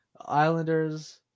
Islanders